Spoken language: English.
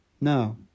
No